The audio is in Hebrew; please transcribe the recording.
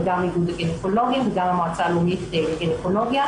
וגם איגוד הגניקולוגים וגם המועצה הלאומית לגניקולוגיה,